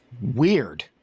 weird